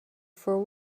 for